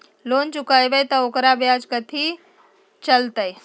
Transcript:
Loan चुकबई त ओकर ब्याज कथि चलतई?